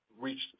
reached